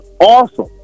Awesome